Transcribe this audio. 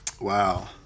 Wow